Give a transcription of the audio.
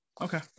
Okay